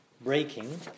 breaking